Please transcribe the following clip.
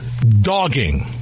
dogging